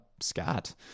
Scott